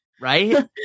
right